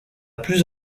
plus